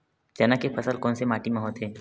चना के फसल कोन से माटी मा होथे?